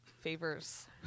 favors